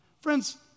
Friends